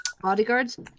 bodyguards